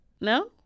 No